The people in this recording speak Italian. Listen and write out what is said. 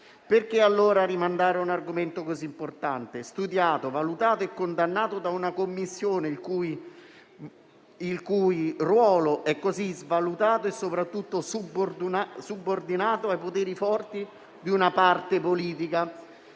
Perché allora rimandare un argomento così importante, studiato, valutato e condannato da una Commissione il cui ruolo è così svalutato e soprattutto subordinato ai poteri forti di una parte politica?